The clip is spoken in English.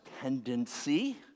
tendency